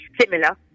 similar